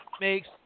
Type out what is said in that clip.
makes